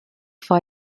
vor